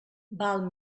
val